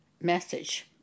message